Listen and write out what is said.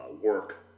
work